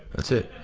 that's it.